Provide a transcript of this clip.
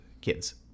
kids